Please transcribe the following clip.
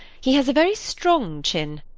he has a very strong chin,